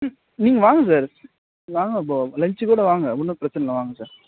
நீங்கள் வாங்க சார் வாங்க இப்போது லன்ச் கூட வாங்க ஒன்றும் பிரச்சனை இல்லை வாங்க சார்